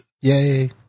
yay